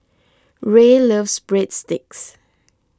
Rae loves Breadsticks